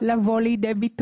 עוד לפני שהוא